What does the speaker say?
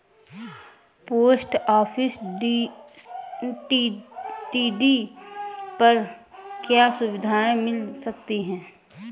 Post office TD पर क्या सुविधाएँ मिल सकती है?